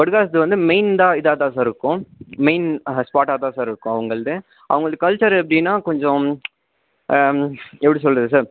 ஒடடுகாசது வந்து மெயின் தான் இதா தான் சார் இருக்கும் மெயின் ஸ்பாட்டா தான் சார் இருக்கும் அவங்கள்ட்ட அவங்களுக்கு கல்ச்சர் எப்படின்னா கொஞ்சம் எப்படி சொல்கிறது சார்